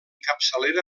capçalera